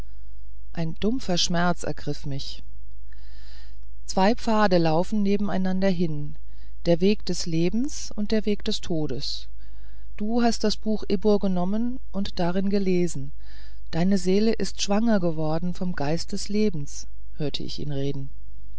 ein dumpfer schmerz ergriff mich zwei pfade laufen nebeneinander hin der weg des lebens und der weg des todes du hast das buch ibbur genommen und darin gelesen deine seele ist schwanger geworden vom geist des lebens hörte ich ihn reden